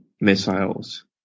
missiles